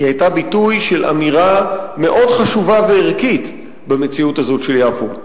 היא היתה ביטוי של אמירה מאוד חשובה וערכית במציאות הזאת של יפו,